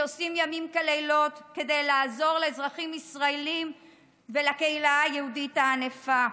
שעושים לילות כימים כדי לעזור לאזרחים ישראלים ולקהילה היהודית הענפה.